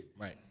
Right